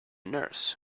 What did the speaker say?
nurse